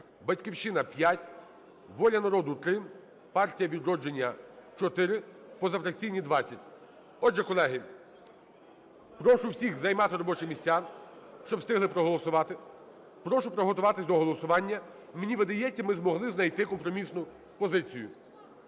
"Батьківщина" – 5, "Воля народу" – 3, "Партія "Відродження" – 4, позафракційні 20. Отже, колеги, прошу всіх займати робочі місця, щоб встигли проголосувати. Прошу приготуватись до голосування, і мені видається, ми змогли знайти компромісну позицію,